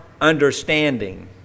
understanding